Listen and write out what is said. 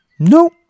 No